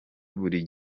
buri